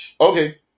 Okay